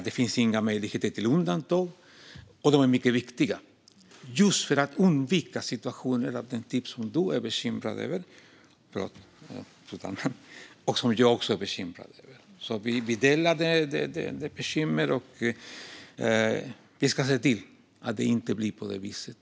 Det finns inga möjligheter till undantag, men de är mycket viktiga för att undvika situationer av den typ som Annika Hirvonen är bekymrad över - och jag också. Vi delar det bekymret. Vi ska se till att det inte blir på det viset.